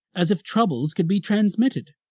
as if troubles could be transmitted?